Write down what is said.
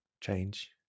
change